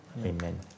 Amen